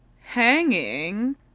hanging